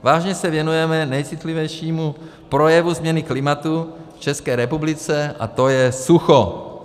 Vážně se věnujeme nejcitlivějšímu projevu změny klimatu v České republice, a to je sucho.